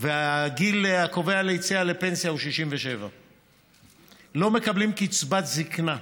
והגיל הקובע ליציאה לפנסיה הוא 67. לא מקבלים קצבת זקנה,